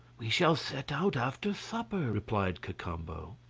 we shall set out after supper, replied cacambo.